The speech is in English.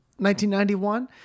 1991